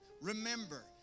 remember